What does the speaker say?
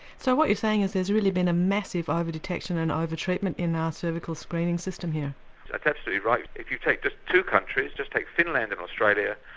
so what you're saying is there's really been a massive over-detection and over-treatment in our cervical screening sytem here? that's absolutely right. if you take just two countries, just take finland and australia,